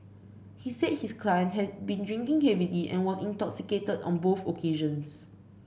he said his client had been drinking heavily and was intoxicated on both occasions